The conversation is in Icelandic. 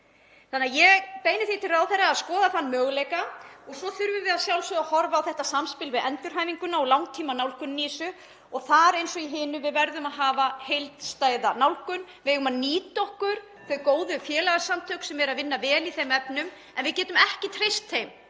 kemur út. Ég beini því til ráðherra að skoða þann möguleika og svo þurfum við að sjálfsögðu að horfa á samspilið við endurhæfinguna og langtímanálgunina og þar eins og í hinu verðum við að hafa heildstæða nálgun. (Forseti hringir.) Við eigum að nýta okkur þau góðu félagasamtök sem eru að vinna vel í þeim efnum en við getum ekki treyst þeim